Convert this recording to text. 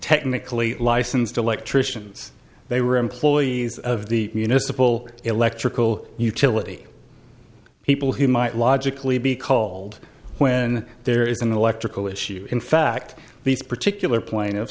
technically licensed electricians they were employees of the municipal electrical utility people who might logically be called when there is an electrical issue in fact these particular pla